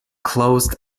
closed